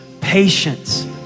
patience